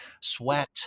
sweat